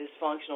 dysfunctional